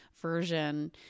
version